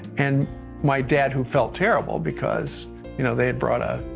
and my dad, who felt terrible, because you know they had brought a